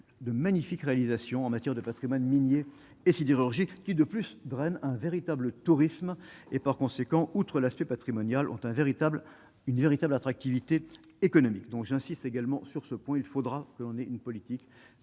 de magnifiques réalisations en matière de Patrimoine minier et sidérurgique qui de plus grande un véritable tourisme et, par conséquent, outre l'aspect patrimonial ont un véritable, une véritable attractivité économique donc j'insiste également sur ce point, il faudra qu'on ait une politique